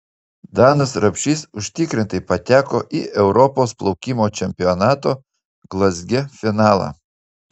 danas rapšys užtikrintai pateko į europos plaukimo čempionato glazge finalą